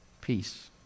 peace